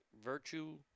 virtue